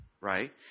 right